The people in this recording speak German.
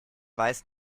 weiß